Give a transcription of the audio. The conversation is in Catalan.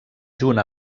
junt